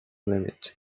limit